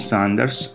Sanders